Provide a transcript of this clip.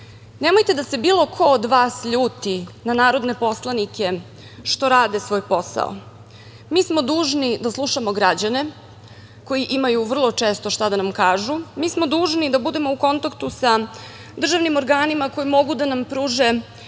nemojte da se bilo ko od vas ljuti na narodne poslanike što rade svoj posao. Mi smo dužni da slušamo građane koji imaju vrlo često šta da nam kažu. Mi smo dužni da budemo u kontaktu sa državnim organima koji mogu da nam pruže